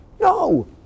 No